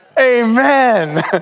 Amen